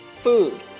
Food